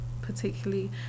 particularly